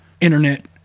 internet